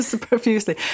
profusely